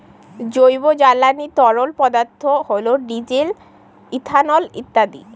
জৈব জ্বালানি তরল পদার্থ হল ডিজেল, ইথানল ইত্যাদি